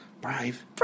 brave